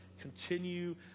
Continue